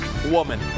Woman